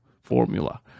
formula